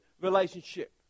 relationship